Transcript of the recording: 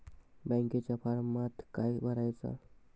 बँकेच्या फारमात काय भरायचा?